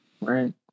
right